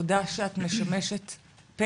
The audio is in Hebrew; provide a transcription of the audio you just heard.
תודה שאת משמשת פה